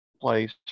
place